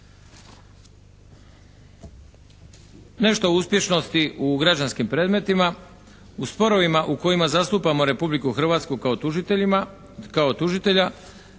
Nešto o uspješnosti u građanskim predmetima. U sporovima u kojima zastupamo Republiku Hrvatsku kao tužitelja